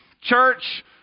church